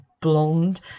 blonde